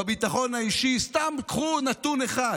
בביטחון האישי, סתם קחו נתון אחד: